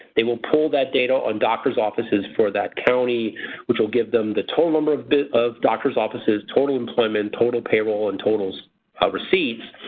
they will pull that date on on doctors' offices for that county which will give them the total number of of doctors' offices, total employment, total payroll and total receipts.